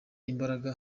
imbaraga